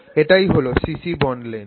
এটাই হল cc bond length